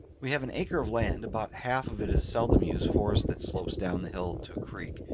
we have an acre of land. about half of it is seldom used forest that slopes down the hill to a creek,